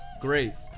grace